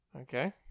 Okay